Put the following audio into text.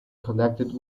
connected